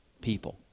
people